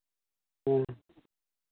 ᱦᱩᱸ